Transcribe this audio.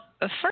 first